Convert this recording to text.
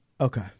Okay